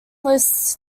lists